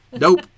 Nope